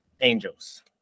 Angels